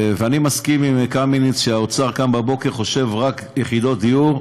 ואני מסכים עם קמיניץ שהאוצר קם בבוקר וחושב רק יחידות דיור,